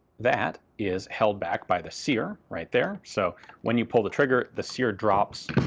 that is held back by the sear right there, so when you pull the trigger the sear drops,